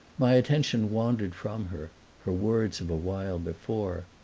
my attention wandered from her her words of a while before,